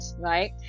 right